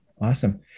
Awesome